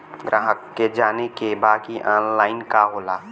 ग्राहक के जाने के बा की ऑनलाइन का होला?